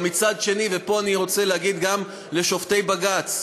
אבל מצד שני, ופה אני רוצה להגיד גם לשופטי בג"ץ: